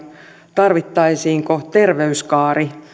tarvittaisiinko terveyskaari